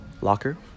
locker